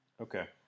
okay